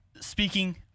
speaking